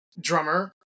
Drummer